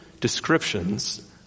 descriptions